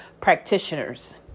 Practitioners